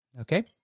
Okay